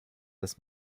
des